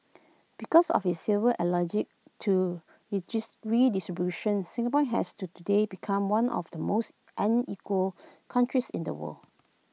because of his severe allergy to redistribution Singapore has today become one of the most unequal countries in the world